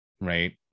right